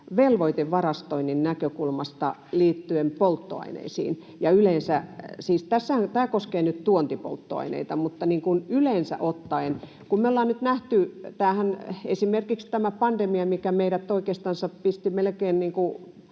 velvoitevarastoinnin näkökulmasta liittyen polttoaineisiin ja yleensä. Tämä koskee nyt tuontipolttoaineita, mutta niin kuin yleensä ottaen, kun me ollaan nyt nähty, että esimerkiksi tämä pandemia pisti meidät oikeastansa melkein